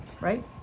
right